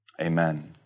amen